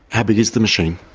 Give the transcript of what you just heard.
how big is the machine?